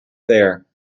there